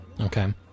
okay